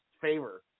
favor